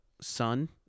son